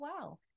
wow